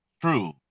true